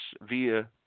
via